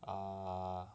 err